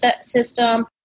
system